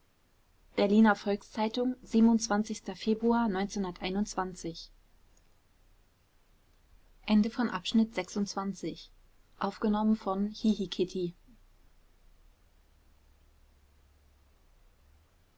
berliner volks-zeitung februar